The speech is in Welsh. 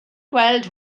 gweld